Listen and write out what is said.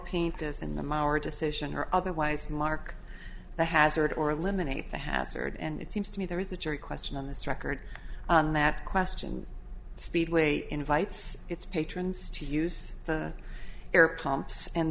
paint us in them our decision or otherwise mark the hazard or eliminate the hazard and it seems to me there is a jury question on this record on that question speedway invites its patrons to use air pumps and